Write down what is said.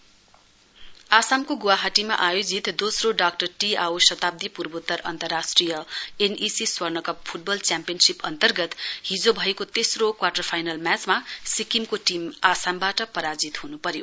football आमामको गुवाहाटीमा आयोजित दोस्रो डाक्टर टी आवो शताब्दी पूर्वोत्तर अन्तर्राष्ट्रिय एनईसी स्वर्णकप फुटबल च्याम्पियनशीप अन्तर्गत हिजो भएको तेस्रो क्वालिफाइङ म्याचमा सिक्किमको टीम आसामवाट परास्त हुन पर्यो